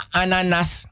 ananas